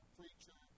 preacher